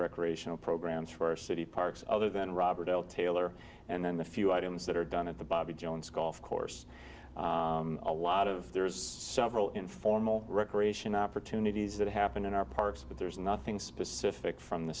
recreational programs for city parks other than robert l taylor and then the few items that are done at the bobby jones golf course a lot of there is some real informal recreation opportunities that happen in our parks but there's nothing specific from the